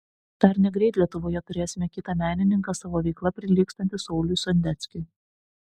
dar negreit lietuvoje turėsime kitą menininką savo veikla prilygstantį sauliui sondeckiui